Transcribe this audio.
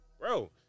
bro